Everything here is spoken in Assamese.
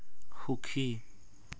সুখী